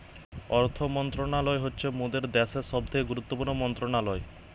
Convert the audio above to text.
অর্থ মন্ত্রণালয় হচ্ছে মোদের দ্যাশের সবথেকে গুরুত্বপূর্ণ মন্ত্রণালয়